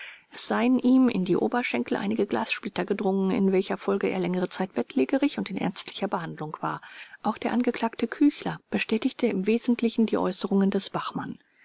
es seien ihm in die oberschenkel einige glassplitter gedrungen in welcher folge er längere zeit bettlägerig und in ärztlicher behandlung war auch der angeklagte küchler bestätigte im wesentlichen die äußerungen des bachmann